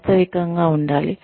వాస్తవికంగా ఉండాలి